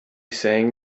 saying